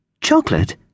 Chocolate